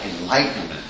Enlightenment